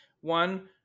One